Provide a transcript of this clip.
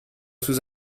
sous